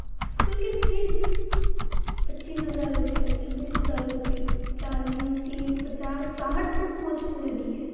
school की fees पच्चीस हज़ार रुपये छब्बीस हज़ार रुपये चालीस तीस पचास साठ तक पहुँचने लगी है